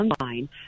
online